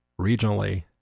regionally